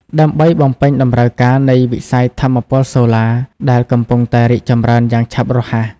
ដើម្បីបំពេញតម្រូវការនៃវិស័យថាមពលសូឡា ដែលកំពុងតែរីកចម្រើនយ៉ាងឆាប់រហ័ស។